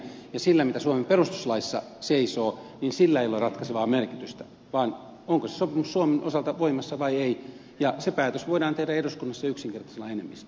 sillä mitä suomen perustuslaissa seisoo ei ole ratkaisevaa merkitystä vaan sillä onko se sopimus suomen osalta voimassa vai ei ja se päätös voidaan tehdä eduskunnassa yksinkertaisella enemmistöllä